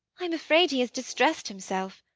i am afraid he has distressed himself.